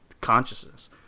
consciousness